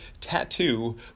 tattoo